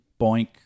boink